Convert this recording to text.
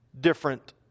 different